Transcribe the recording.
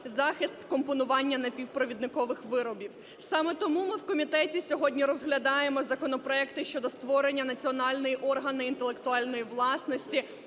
захист компонування напівпровідникових виробів. Саме тому ми в комітеті сьогодні розглядаємо законопроекти щодо створення національного органу інтелектуальної власності